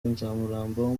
nzamurambaho